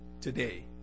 today